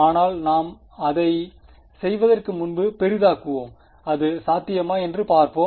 ஆனால் நாம் அதைச் செய்வதற்கு முன்பு பெரிதாக்குவோம் அது சாத்தியமா என்று பார்ப்போம்